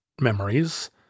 memories